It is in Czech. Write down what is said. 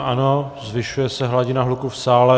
Ano, zvyšuje se hladina hluku v sále.